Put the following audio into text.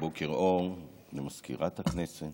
בוקר אור למזכירת הכנסת,